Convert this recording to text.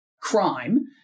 crime